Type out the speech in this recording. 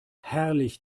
herrlich